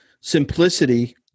simplicity